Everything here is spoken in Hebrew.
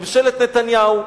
ממשלת נתניהו,